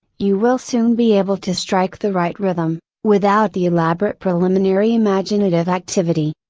you will soon be able to strike the right rhythm, without the elaborate preliminary imaginative activity.